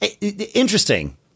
Interesting